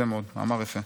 אמר יפה.